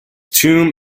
tomb